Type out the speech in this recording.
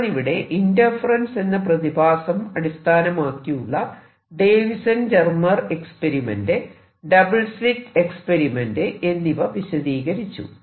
ഞാനിവിടെ ഇന്റർഫെറെൻസ് എന്ന പ്രതിഭാസം അടിസ്ഥാനമാക്കിയുള്ള Davisson Germer experiment double slit experiment എന്നിവ വിശദീകരിച്ചു